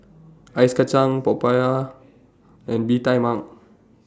Ice Kacang Popiah and Bee Tai Mak